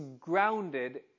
grounded